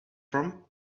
from